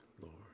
Lord